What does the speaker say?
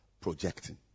projecting